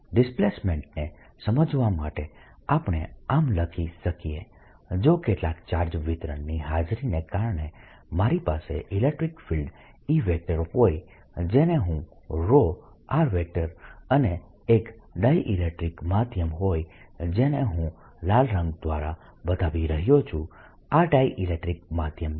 ડિસ્પ્લેસમેન્ટને સમજવા માટે આપણે આમ લખી શકીએ જો કેટલાક ચાર્જ વિતરણની હાજરીને કારણે મારી પાસે ઇલેક્ટ્રીક ફિલ્ડ E હોય જેને હું ρ અને એક ડાઇઇલેક્ટ્રીક માધ્યમ હોય જેને હું લાલ રંગ દ્વારા બતાવી રહ્યો છું આ ડાઇઇલેક્ટ્રીક માધ્યમ છે